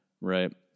right